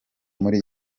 muri